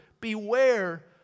beware